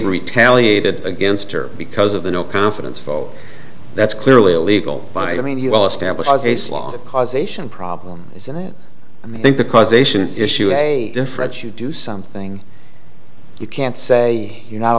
retaliated against her because of the no confidence vote that's clearly illegal by i mean you well established as a slow causation problem isn't it i mean i think the causation issue is a different you do something you can't say you're not